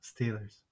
Steelers